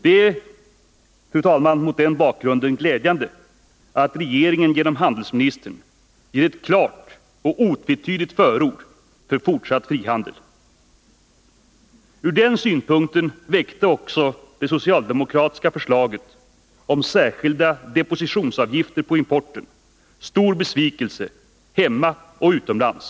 Det är, fru talman, mot den bakgrunden glädjande att regeringen genom handelsministern ger ett klart och otvetydigt förord för fortsatt frihandel. Ur den synpunkten väckte också det socialdemokratiska förslaget om särskilda depositionsavgifter på importen stor besvikelse hemma och utomlands.